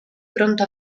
pronto